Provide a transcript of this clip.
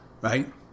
Right